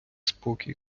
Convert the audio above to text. спокій